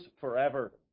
forever